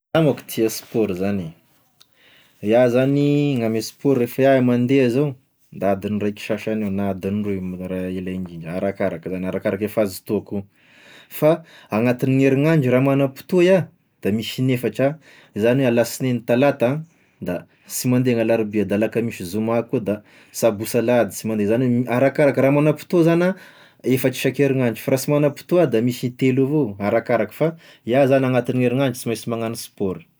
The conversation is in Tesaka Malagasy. Iaho manko tia sport zany, iaho zany gn'ame sport, refa iaho mande zao da adiny raiky sasagny eo na adiny roy eo raha ela indrindra arakaraka zany, arakaraky e fahazotoako, fa agnatin'ny herinandro raha manam-potoa iaho da misy inefatra, izany hoe alasinainy, talata an da sy mande gn'alarobia, da lakamisy zoma koa da sabosy alahady sy mande, zany hoe arakaraky, raha manampotoa zany a, efatra isan-kerinandro, fa raha sy mana-potoa a da misy intelo avao arakaraky fa iaho zany agnatign'herinandro sy mainsy magnano sport.